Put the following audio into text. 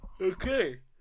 Okay